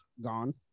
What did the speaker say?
gone